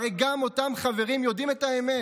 גם אותם חברים יודעים את האמת.